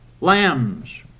Lambs